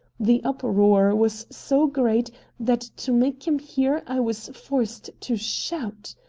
the uproar was so great that to make him hear i was forced to shout.